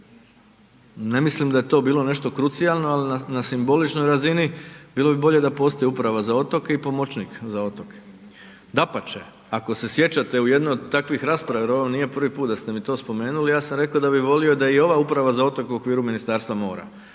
Ne mislim da je to bilo nešto krucijalno ali na simboličnoj razini bilo bi bolje da postoji uprava za otoke i pomoćnik za otoke, dapače, ako se sjećate u jednoj od takvih rasprava jer ovo nije prvi put da ste mi to spomenuli, ja sam rekao da bi volio da i ova uprava za otoke je u okviru Ministarstva mora